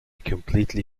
completely